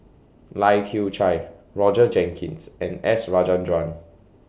Lai Kew Chai Roger Jenkins and S Rajendran